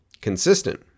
consistent